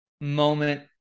moment